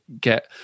get